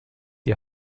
die